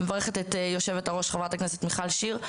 אני מברכת את יושבת-הראש, חברת הכנסת מיכל שיר.